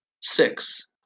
Six